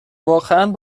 واقعا